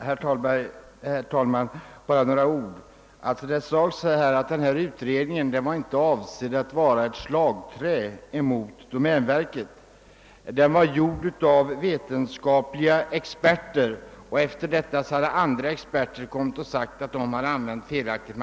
Herr talman! Herr Svanberg sade att resultatet av den företagna utredningen inte var avsett som ett slagträ mot domänverket. Arbetet har gjorts av vetenskapliga experter och sedan har andra experter påpekat att materialet använts felaktigt.